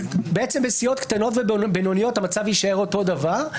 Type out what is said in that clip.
בסיעות קטנות ובינוניות המצב יישאר אותו דבר,